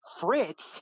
Fritz